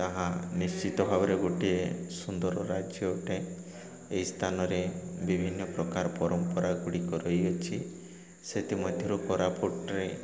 ତାହା ନିଶ୍ଚିତ ଭାବରେ ଗୋଟିଏ ସୁନ୍ଦର ରାଜ୍ୟ ଅଟେ ଏହି ସ୍ଥାନରେ ବିଭିନ୍ନ ପ୍ରକାର ପରମ୍ପରା ଗୁଡ଼ିକ ରହିଅଛି ସେଥିମଧ୍ୟରୁ କୋରାପୁଟରେ